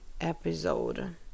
episode